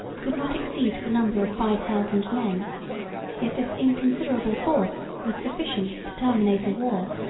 could not exceed the number of five thousand men yet this inconsiderable force was sufficient to terminate a war,